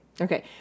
Okay